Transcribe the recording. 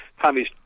Tommy's